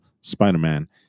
Spider-Man